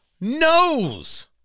knows